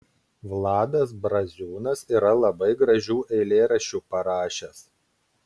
vladas braziūnas yra labai gražių eilėraščių parašęs